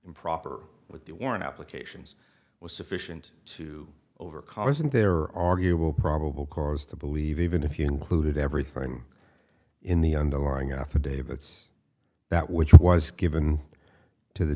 improper with the warrant applications was sufficient to overcome isn't there arguable probable cause to believe even if you included everything in the underlying affidavits that which was given to the